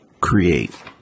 create